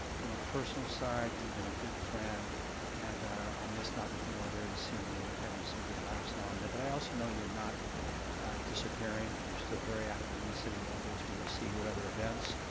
from a personal side you've been a good friend and i'll miss not looking over there and seeing you and having some good laughs now and then. but i also know you're not disappearing, you're still very active in the city of long beach. we will see you at other events.